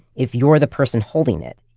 if you're the person holding it,